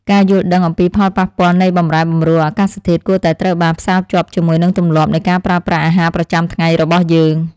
ការយល់ដឹងអំពីផលប៉ះពាល់នៃបម្រែបម្រួលអាកាសធាតុគួរតែត្រូវបានផ្សារភ្ជាប់ជាមួយនឹងទម្លាប់នៃការប្រើប្រាស់អាហារប្រចាំថ្ងៃរបស់យើង។